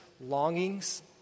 longings